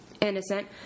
innocent